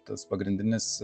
tas pagrindinis